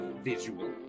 visual